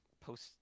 post